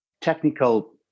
technical